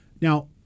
Now